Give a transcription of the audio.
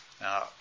Now